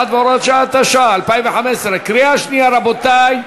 51 והוראת שעה), התשע"ה 2015, קריאה שנייה, רבותי,